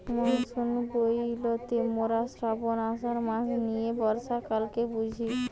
monsoon বইলতে মোরা শ্রাবন, আষাঢ় মাস নিয়ে বর্ষাকালকে বুঝি